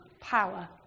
power